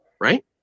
right